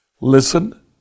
Listen